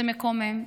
זה מקומם.